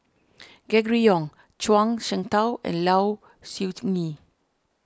Gregory Yong Zhuang Shengtao and Low Siew Nghee